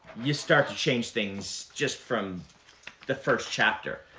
you start to change things just from the first chapter.